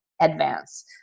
advance